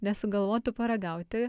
nesugalvotų paragauti